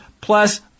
Plus